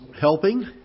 helping